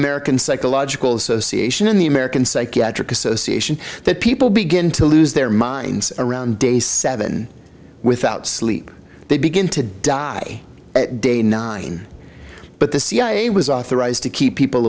american psychological association in the american psychiatric association that people begin to lose their minds around day seven without sleep they begin to die day nine but the cia was authorized to keep people